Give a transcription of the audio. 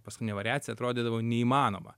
paskutinė variacija atrodydavo neįmanoma